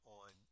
on